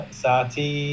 sati